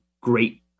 great